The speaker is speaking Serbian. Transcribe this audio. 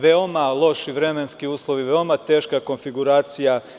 Veoma loši vremenski uslovi, veoma teška konfiguracija.